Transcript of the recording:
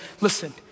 listen